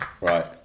Right